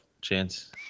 chance